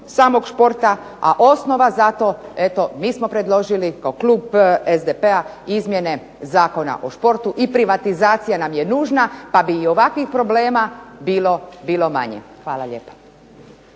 samog športa, a osnova za to eto mi smo predložili kao klub SDP-a izmjene Zakona o športu i privatizacija nam je nužna pa bi i ovakvih problema bilo manje. Hvala lijepa.